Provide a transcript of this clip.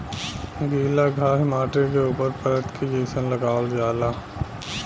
गिला घास माटी के ऊपर परत के जइसन लगावल जाला